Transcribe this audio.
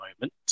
moment